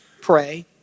pray